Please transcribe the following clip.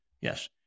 yes